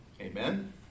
Amen